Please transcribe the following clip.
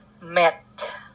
Met